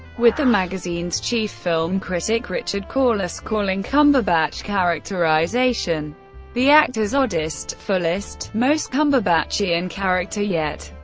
with the magazine's chief film critic richard corliss calling cumberbatch's characterisation the actor's oddest, fullest, most cumberbatchian character yet.